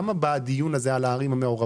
למה בא הדיון הזה על הערים המעורבות?